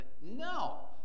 No